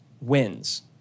wins